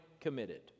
committed